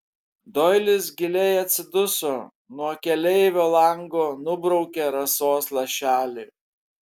doilis giliai atsiduso nuo keleivio lango nubraukė rasos lašelį